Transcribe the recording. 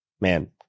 man